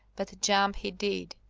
but jump he did.